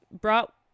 brought